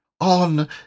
On